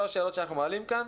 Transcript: כל השאלות שאנחנו מעלים כאן,